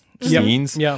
scenes